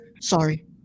Sorry